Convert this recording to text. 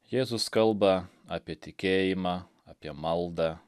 jėzus kalba apie tikėjimą apie maldą